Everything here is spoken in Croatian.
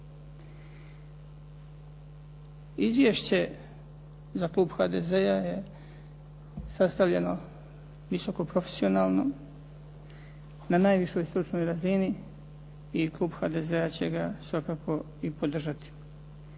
Izvješće za klub HDZ-a je sastavljeno visoko profesionalno na najvišoj stručnoj razini i klub HDZ-a će ga svakako i podržati.